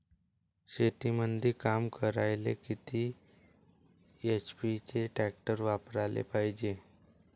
शेतीमंदी काम करायले किती एच.पी चे ट्रॅक्टर वापरायले पायजे?